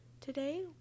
Today